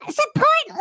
support